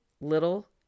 little